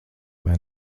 vai